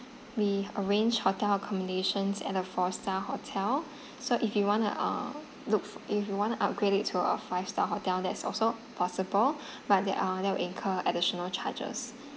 we arrange hotel accommodations at a four star hotel so if you want to uh look f~ if you want to upgrade it to a five star hotel that is also possible but there are that will incur additional charges